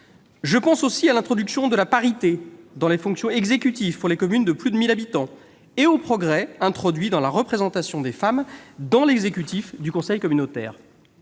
Je pense aussi à l'introduction de la parité dans les fonctions exécutives pour les communes de plus de 1 000 habitants et aux progrès introduits en matière de représentation des femmes dans l'exécutif du conseil communautaire.